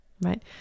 right